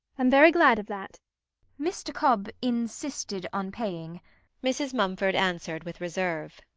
i'm very glad of that mr. cobb insisted on paying mrs. mumford answered with reserve.